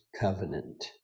covenant